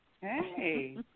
Hey